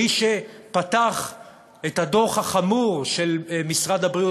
מי שפתח את הדוח החמור של משרד הבריאות